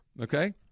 Okay